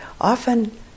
often